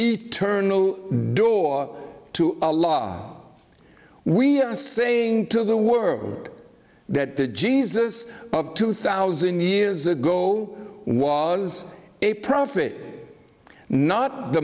eternal door to a law we are saying to the world that the jesus of two thousand years ago was a profit not the